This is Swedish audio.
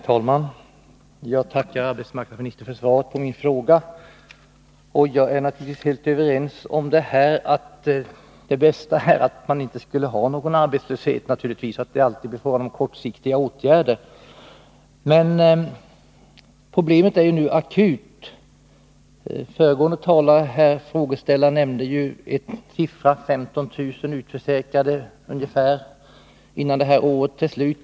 Herr talman! Jag tackar arbetsmarknadsministern för svaret på min fråga. Jag är naturligtvis helt överens med henne om att det bästa är att inte ha någon arbetslöshet och att det alltid blir fråga om kortsiktiga åtgärder. Men problemet är nu akut. Föregående frågeställare nämnde att det kommer att finnas ungefär 15 000 utförsäkrade innan detta år är slut.